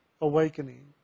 awakening